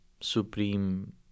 supreme